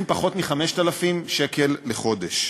מרוויחים פחות מ-5,000 שקלים לחודש.